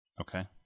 Okay